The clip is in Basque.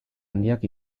handiak